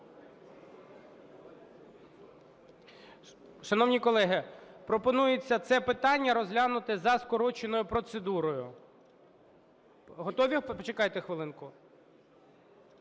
Шановні колеги, пропонується це питання розглянути за скороченою процедурою. Готові? Чекайте хвилинку.